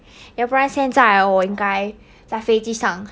要不然现在我应该在飞机上